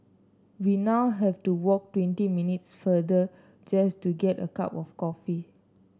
we now have to walk twenty minutes further just to get a cup of coffee